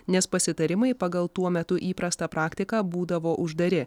nes pasitarimai pagal tuo metu įprastą praktiką būdavo uždari